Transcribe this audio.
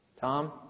Tom